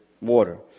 water